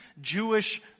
Jewish